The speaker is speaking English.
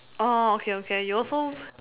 orh okay okay you also